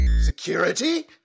Security